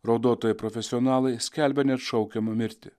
raudotojai profesionalai skelbia neatšaukiamą mirtį